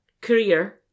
career